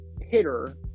hitter